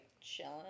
chilling